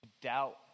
Doubt